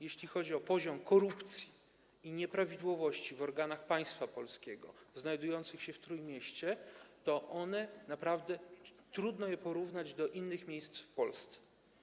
Jeśli chodzi o poziom korupcji i nieprawidłowości w organach państwa polskiego znajdujących się w Trójmieście, to naprawdę trudno je porównać do tego, co jest w innych miejscach w Polsce.